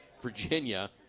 Virginia